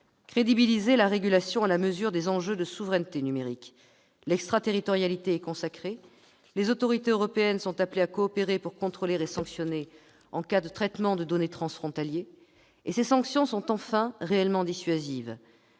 crédibiliser la régulation à la mesure des enjeux de souveraineté numérique : l'extraterritorialité est consacrée, les autorités européennes sont appelées à coopérer pour contrôler et sanctionner en cas de traitement de données transfrontalier. Ces sanctions sont enfin réellement dissuasives